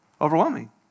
overwhelming